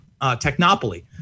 technopoly